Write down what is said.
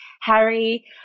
Harry